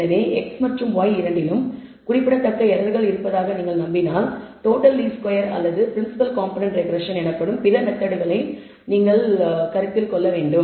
எனவே x மற்றும் y இரண்டிலும் குறிப்பிடத்தக்க எரர்கள் இருப்பதாக நீங்கள் நம்பினால் டோட்டல் லீஸ்ட் ஸ்கொயர் அல்லது ப்ரின்சிபிள் காம்போனென்ட் ரெக்ரெஸ்ஸன் எனப்படும் பிற மெத்தட்களை நீங்கள் கருத்தில் கொள்ள வேண்டும்